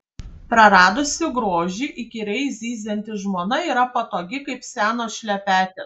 praradusi grožį įkyriai zyzianti žmona yra patogi kaip senos šlepetės